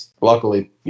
luckily